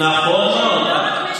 נכון מאוד.